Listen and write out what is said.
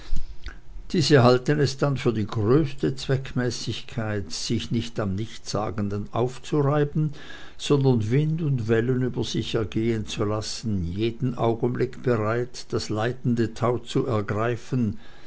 diese halten es dann für die größte zweckmäßigkeit sich nicht am nichtssagenden aufzureiben sondern wind und wellen über sich ergehen zu lassen jeden augenblick bereit das leitende tau zu ergreifen